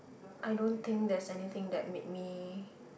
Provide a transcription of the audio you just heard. I don't think there is anything that make me